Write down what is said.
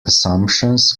assumptions